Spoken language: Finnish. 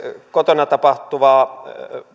kotona tapahtuvaa